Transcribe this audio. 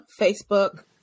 Facebook